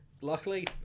Luckily